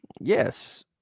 Yes